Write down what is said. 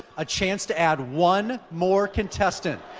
a chance to add one more contestant.